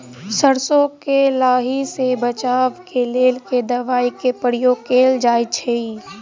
सैरसो केँ लाही सऽ बचाब केँ लेल केँ दवाई केँ प्रयोग कैल जाएँ छैय?